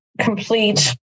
complete